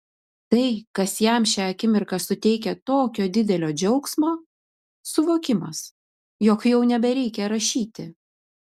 tai kas jam šią akimirką suteikia tokio didelio džiaugsmo suvokimas jog jau nebereikia rašyti